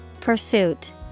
Pursuit